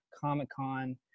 Comic-Con